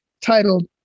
titled